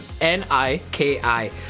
N-I-K-I